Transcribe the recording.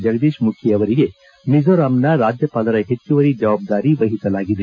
ಜಗದೀಶ್ ಮುಖಿ ಅವರಿಗೆ ಮಿಜೋರಾಂನ ರಾಜ್ಯಪಾಲರ ಹೆಚ್ಚುವರಿ ಜವಾಬ್ದಾರಿ ವಹಿಸಲಾಗಿದೆ